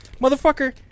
motherfucker